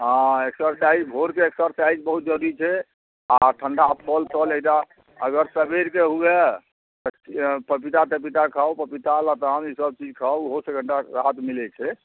हँ एक्सरसाइज भोरके एक्सरसाइज बहुत जरुरी छै आ ठण्डा फल तल एकटा अगर सबेरके हुए पपीता तपीता खाउ पपीता लताम ई सब चीज खाउ ओहो से कनिटा राहत मिलै छै